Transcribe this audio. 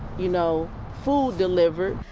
you know food delivered.